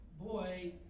boy